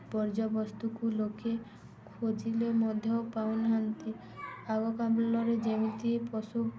ବର୍ଜ୍ୟବସ୍ତୁକୁ ଲୋକେ ଖୋଜିଲେ ମଧ୍ୟ ପାଉନାହାନ୍ତି ଆଗକାଳରେ ଯେମିତି ପଶୁ